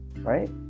right